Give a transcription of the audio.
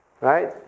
Right